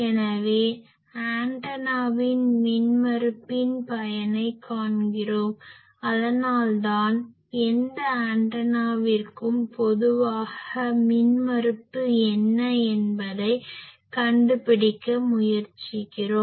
எனவே ஆண்டனாவின் மின்மறுப்பின் பயனை காண்கிறோம் அதனால்தான் எந்த ஆண்டனாவிற்கும் பொதுவாக மின்மறுப்பு என்ன என்பதைக் கண்டுபிடிக்க முயற்சிக்கிறோம்